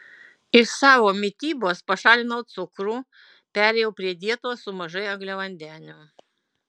iš savo mitybos pašalinau cukrų perėjau prie dietos su mažai angliavandenių